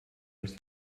els